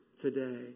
today